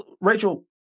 Rachel